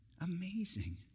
Amazing